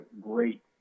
great